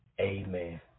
Amen